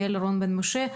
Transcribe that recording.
יעל רון בן משה,